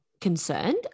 concerned